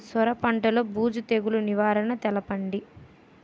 సొర పంటలో బూజు తెగులు నివారణ తెలపండి?